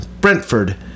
Brentford